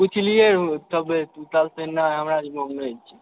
पुछलियै रऽ सभे कहलकै नहि हमरा भिरामे नहि छै